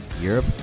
Europe